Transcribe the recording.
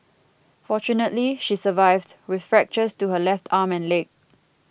fortunately she survived with fractures to her left arm and leg